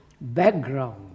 background